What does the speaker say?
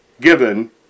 given